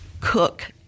cook